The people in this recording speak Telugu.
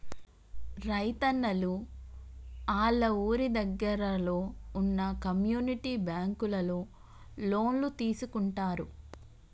రైతున్నలు ఆళ్ళ ఊరి దగ్గరలో వున్న కమ్యూనిటీ బ్యాంకులలో లోన్లు తీసుకుంటారు